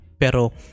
pero